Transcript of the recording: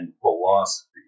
philosophy